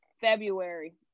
February